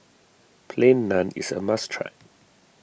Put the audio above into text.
Plain Naan is a must try